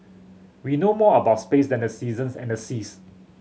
we know more about space than the seasons and the seas